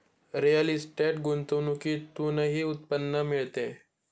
real estate गुंतवणुकीतूनही उत्पन्न मिळते